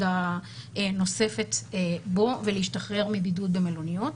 הנוספת בו ולהשתחרר מבידוד במלוניות.